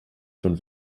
von